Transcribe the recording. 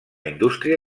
indústria